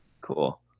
cool